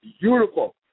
beautiful